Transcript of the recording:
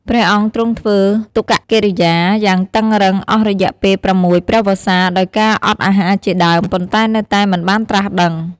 ព្រះអង្គទ្រង់ធ្វើទុក្ករកិរិយាយ៉ាងតឹងរ៉ឹង អស់រយៈពេល ៦ ព្រះវស្សា ដោយការអត់អាហារជាដើម ប៉ុន្តែនៅតែមិនបានត្រាស់ដឹង។